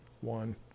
one